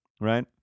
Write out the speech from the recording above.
Right